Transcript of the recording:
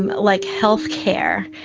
and like healthcare.